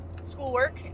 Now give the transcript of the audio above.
schoolwork